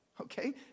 Okay